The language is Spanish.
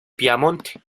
piamonte